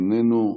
איננו,